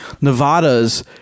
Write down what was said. Nevada's